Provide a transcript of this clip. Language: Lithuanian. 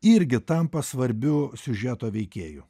irgi tampa svarbiu siužeto veikėju